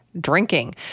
drinking